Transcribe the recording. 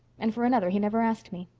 and for another he never asked me.